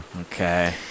Okay